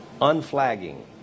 Unflagging